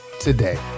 today